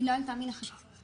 היא לא ענתה מלכתחילה.